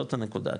זאת הנקודה,